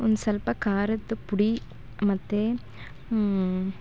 ಒಂದು ಸ್ವಲ್ಪ ಖಾರದ್ ಪುಡಿ ಮತ್ತು ಹ್ಞೂ